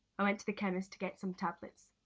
i went to the chemist to get some tablets.